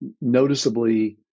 noticeably